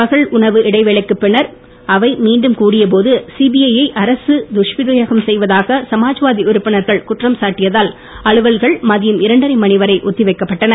பகல் உணவு இடைவேளைக்கு பின்னர் அவை மீண்டும் கூடிய போது சிபிஐ யை அரசு துஷ்பிரயோகம் செய்வதாக சமாஜ்வாதி உறுப்பினர்கள் குற்றம் சாட்டியதால் அலுவல்கள் மதியம் இரண்டரை மணி வரை ஒத்தி வைக்கப்பட்டன